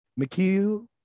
McHugh